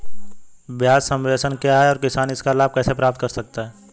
ब्याज सबवेंशन क्या है और किसान इसका लाभ कैसे प्राप्त कर सकता है?